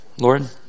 Lord